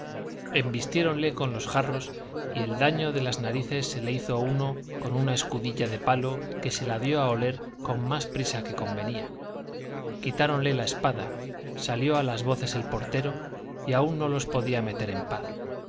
embistiéronle con los jarros y el daño de las narices se le hizo uno con una escudilla de palo que se la dio a oler con más prisa que convenía quitáronle la espada salió a las voces el portero y aun no los podía meter en paz